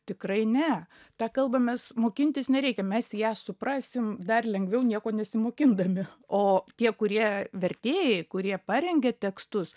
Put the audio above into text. tikrai ne tą kalbą mes mokintis nereikia mes ją suprasim dar lengviau nieko nesimokindami o tie kurie vertėjai kurie parengia tekstus